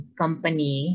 company